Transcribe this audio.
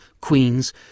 queens